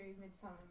Midsummer